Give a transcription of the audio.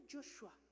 Joshua